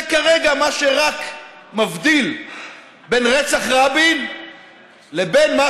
רק זה כרגע מה שמבדיל בין רצח רבין לבין מה